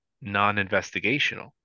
non-investigational